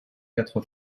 quatre